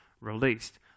released